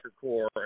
core